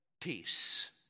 peace